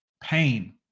Pain